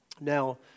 Now